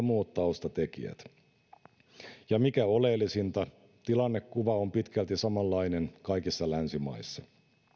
muut taustatekijät ja mikä oleellisinta tilannekuva on pitkälti samanlainen kaikissa länsimaissa